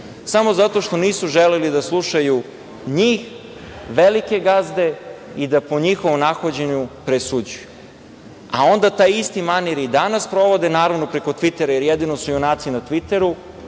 samo zato što nisu želeli da slušaju njih, velike gazde i da po njihovom nahođenju presuđuju, a onda taj isti manir i danas sprovode, naravno preko Tvitera, jer jedino su junaci na Tviteru,